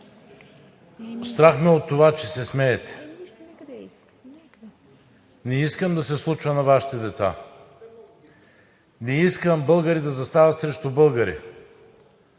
Страх ме е от това, че се смеете. Не искам да се случва на Вашите деца! Не искам българи да застават срещу българи!